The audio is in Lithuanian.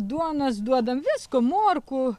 duonos duodam visko morkų